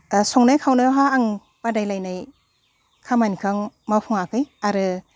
संनाय खावनायावहा आं बादायलायनाय खामानिखो आं मावफुङाखै आरो